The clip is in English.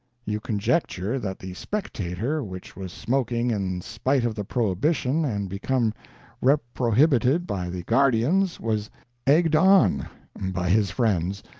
you conjecture that the spectator which was smoking in spite of the prohibition and become reprohibited by the guardians, was egged on by his friends,